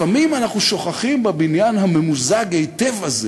לפעמים אנחנו שוכחים בבניין הממוזג היטב הזה